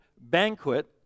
banquet